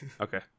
Okay